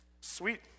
Sweet